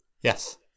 Yes